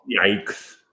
Yikes